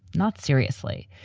not seriously.